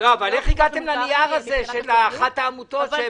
--- אבל איך הגעתם לנייר הזה של אחת העמותות?